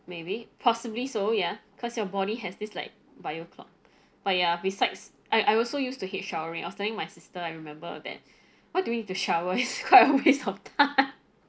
maybe possibly so ya because your body has this like bioclock but ya besides I I also used to hate showering I was telling my sister I remember that what do we need to shower what a waste of time